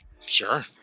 Sure